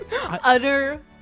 Utter